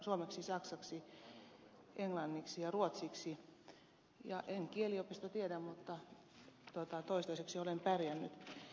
suomeksi saksaksi englanniksi ja ruotsiksi en kieliopista tiedä mutta toistaiseksi olen pärjännyt